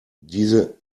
diese